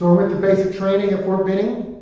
went to basic training at fort benning.